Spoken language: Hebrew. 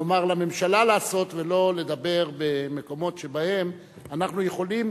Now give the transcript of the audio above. לומר לממשלה לעשות ולא לדבר במקומות שבהם אנחנו יכולים,